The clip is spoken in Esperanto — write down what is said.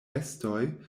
bestoj